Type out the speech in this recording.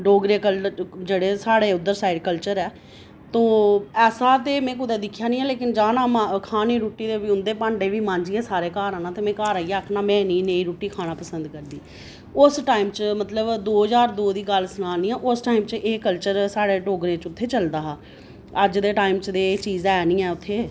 डोगरे कल्च साढ़े उद्धर साढ़ी कल्चर ऐ तो ऐसा ते में कुतै दिक्खेआ नी ऐ लेकिन जाना मां खानी रूट्टी ते उं'दे भांडे बी मांजियै सारें घर आना ते में घर आइयै आखना में नीं नेही रूट्टी खाना पसंद करदी उस टाइम च मतलब दो ज्हार दो दी गल्ल सना नी आं उस टाइम च एह् कल्चर साढ़े डोगरें च उत्थै चलदा हा अज्ज दे टाइम च ते एह् चीज ऐ नी ऐ उत्थै